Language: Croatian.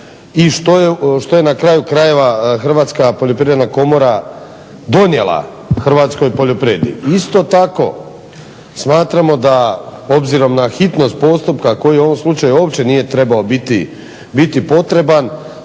i što je na kraju krajeva Hrvatska poljoprivredna komora donijela hrvatskoj poljoprivredi. Isto tako smatramo da obzirom na hitnost postupka koji u ovom slučaju uopće nije trebao biti potreban